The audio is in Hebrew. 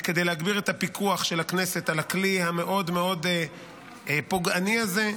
כדי להגביר את הפיקוח של הכנסת על הכלי המאוד מאוד פוגעני הזה,